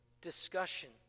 discussion